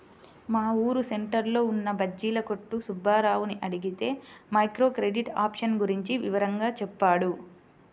మా ఊరు సెంటర్లో ఉన్న బజ్జీల కొట్టు సుబ్బారావుని అడిగితే మైక్రో క్రెడిట్ ఆప్షన్ గురించి వివరంగా చెప్పాడు